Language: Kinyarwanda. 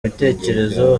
ibitekerezo